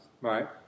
Right